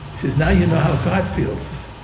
says, now you know how god feels.